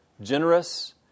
generous